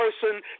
person